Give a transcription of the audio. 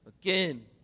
Again